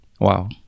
Wow